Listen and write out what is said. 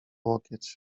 łokieć